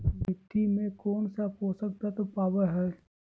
मिट्टी में कौन से पोषक तत्व पावय हैय?